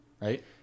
right